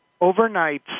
overnight